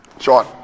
Sean